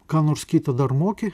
ką nors kitą dar moki